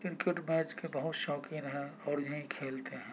cricket match کے بہت شوقین ہیں اور یہی کھیلتے ہیں